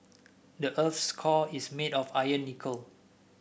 the earth's core is made of iron and nickel